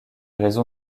raison